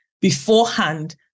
beforehand